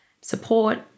support